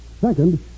Second